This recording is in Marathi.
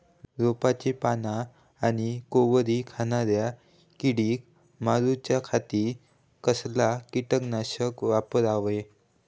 रोपाची पाना आनी कोवरी खाणाऱ्या किडीक मारूच्या खाती कसला किटकनाशक वापरावे?